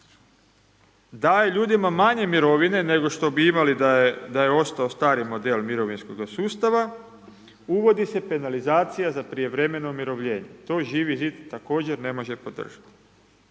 daje ljudima manje mirovina, nego što bi imali da je ostao stari model mirovinskoga sustava, uvodi se penalizacije za prijevremeno umirovljenje. To Živi zid također ne može podržati.